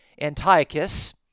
Antiochus